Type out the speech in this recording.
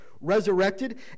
resurrected